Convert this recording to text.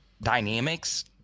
Dynamics